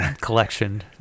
collection